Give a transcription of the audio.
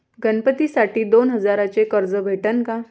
गणपतीसाठी दोन हजाराचे कर्ज भेटन का?